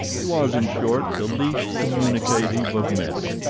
he was, in short, the least communicative of men.